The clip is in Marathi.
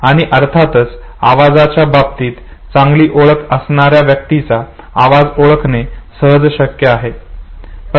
आणि अर्थातच आवाजाच्या बाबतीत चांगली ओळख असणाऱ्या व्यक्तीचा आवाज ओळखणे सहज शक्य आहे